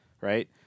right